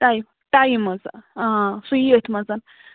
time time آ سُے یی أتھٕے منٛز